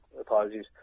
apologies